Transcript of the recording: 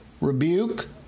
rebuke